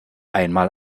einmal